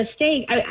mistake